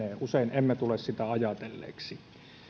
usein emme tule sitä ajatelleeksi